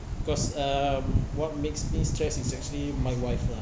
cause um what makes me stressed is actually my wife lah